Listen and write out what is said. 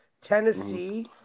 Tennessee